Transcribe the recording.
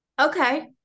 okay